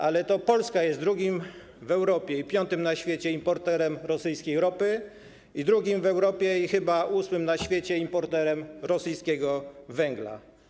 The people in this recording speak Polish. Ale to Polska jest drugim w Europie i piątym na świecie importerem rosyjskiej ropy i drugim w Europie i chyba ósmym na świecie importerem rosyjskiego węgla.